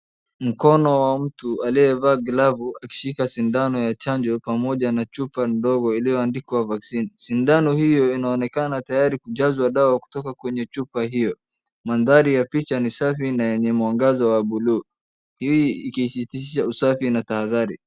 Mkono wa mtu aliyevaa glavu akishika sindano ya chanjo pamoja na chupa ndogo iliyoandikwa vaccine . Sindano hiyo inaonekana tayari kujazwa dawa kutoka kwenye chupa hiyo. Mandhari ya picha ni safi na yenye mwangaza wa blue . Hii ikisisitisha usafi na taadhari.